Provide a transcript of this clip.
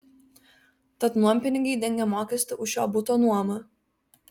tad nuompinigiai dengia mokestį už šio buto nuomą